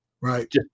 Right